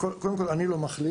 קודם כל, אני לא מחליט.